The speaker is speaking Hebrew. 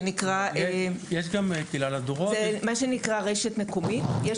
זה פרויקט שנקרא ׳רשת מקומית׳.